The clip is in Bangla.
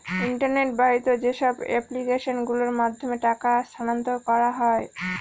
ইন্টারনেট বাহিত যেসব এপ্লিকেশন গুলোর মাধ্যমে টাকা স্থানান্তর করা হয়